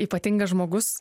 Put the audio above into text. ypatingas žmogus